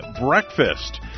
breakfast